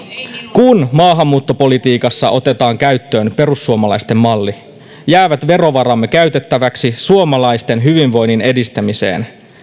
kun maahanmuuttopolitiikassa otetaan käyttöön perussuomalaisten malli jäävät verovaramme käytettäväksi suomalaisten hyvinvoinnin edistämiseen